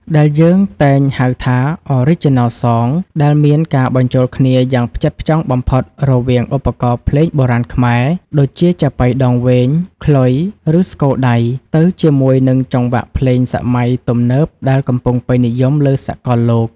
ដែលយើងតែងហៅថា Original Songs ដោយមានការបញ្ចូលគ្នាយ៉ាងផ្ចិតផ្ចង់បំផុតរវាងឧបករណ៍ភ្លេងបុរាណខ្មែរ ដូចជាចាប៉ីដងវែង ខ្លុយ ឬស្គរដៃ ទៅជាមួយនឹងចង្វាក់ភ្លេងសម័យទំនើបដែលកំពុងពេញនិយមលើសកលលោក។